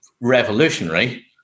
revolutionary